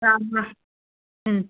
ꯆꯥꯃ ꯎꯝ